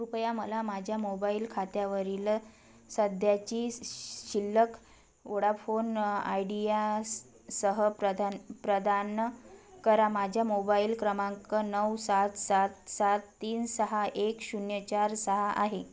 कृपया मला माझ्या मोबाईल खात्यावरील सध्याची शि ल्लक वोडाफोन आयडिया स सह प्रदान प्रदान करा माझ्या मोबाईल क्रमांक नऊ सात सात सात तीन सहा एक शून्य चार सहा आहे